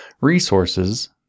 resources